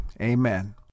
Amen